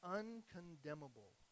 uncondemnable